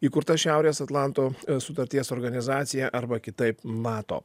įkurta šiaurės atlanto sutarties organizacija arba kitaip nato